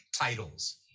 titles